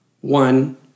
one